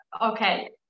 okay